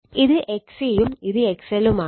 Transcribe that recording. ഇത് XC യും ഇത് XL ഉം ആണ്